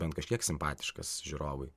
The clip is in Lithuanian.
bent kažkiek simpatiškas žiūrovui